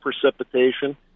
precipitation